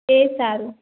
એ સારું